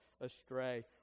astray